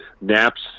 NAP's